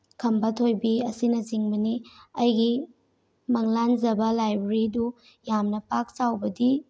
ꯈꯝꯕ ꯊꯣꯏꯕꯤ ꯑꯁꯤꯅꯆꯤꯡꯕꯅꯤ ꯑꯩꯒꯤ ꯃꯪꯂꯥꯟꯖꯕ ꯂꯥꯏꯕ꯭ꯔꯦꯔꯤꯗꯨ ꯌꯥꯝꯅ ꯄꯥꯛ ꯆꯥꯎꯕꯗꯤ